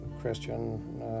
Christian